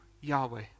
Yahweh